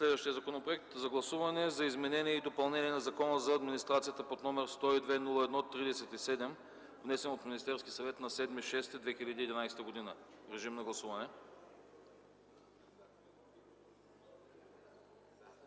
Следващият законопроект за гласуване е за изменение и допълнение на Закона за администрацията под № 102-01-37, внесен от Министерския съвет на 7 юни 2011 г. Режим на гласуване.